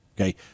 Okay